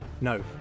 No